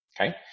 okay